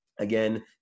Again